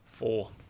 Four